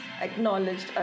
acknowledged